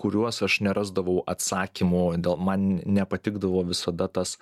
kuriuos aš nerasdavau atsakymų dėl man nepatikdavo visada tas